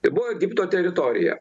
tai buvo egipto teritorija